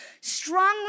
strongly